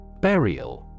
Burial